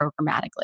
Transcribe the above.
programmatically